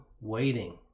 waiting